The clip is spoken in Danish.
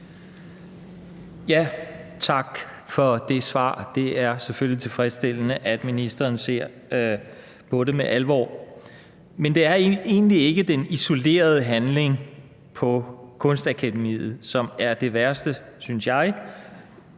(V): Tak for det svar. Det er selvfølgelig tilfredsstillende, at ministeren ser på det med alvor. Men det er egentlig ikke den isolerede handling på Kunstakademiet, som er det værste, synes jeg.